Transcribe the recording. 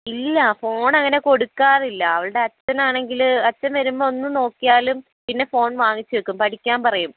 ഇല്ല ഫോൺ അങ്ങനെ കൊടുക്കാറില്ല അവളുടെ അച്ഛനാണെങ്കിൽ അച്ഛൻ വരുമ്പോൾ ഒന്ന് നോക്കിയാലും പിന്നെ ഫോൺ വാങ്ങിച്ചു വയ്ക്കും പഠിക്കാൻ പറയും